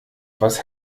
was